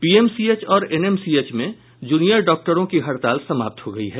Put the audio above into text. PMCH और NMCH में junior डॉक्टरों की हड़ताल समाप्त हो गयी है